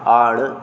हाड़